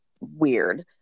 weird